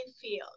feel